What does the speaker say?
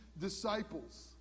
disciples